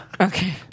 okay